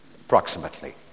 approximately